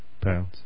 pounds